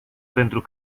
pentru